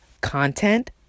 content